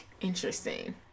interesting